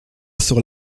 sur